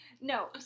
No